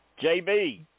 JB